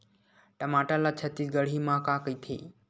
टमाटर ला छत्तीसगढ़ी मा का कइथे?